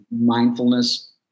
mindfulness